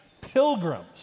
pilgrims